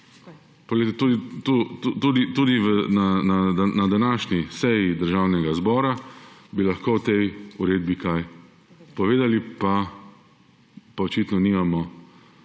tudi na današnji seji Državnega zbora bi lahko o tej uredbi kaj povedali, pa očitno nimamo